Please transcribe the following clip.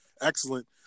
Excellent